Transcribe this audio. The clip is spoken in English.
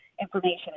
information